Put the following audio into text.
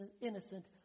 innocent